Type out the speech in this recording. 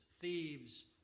thieves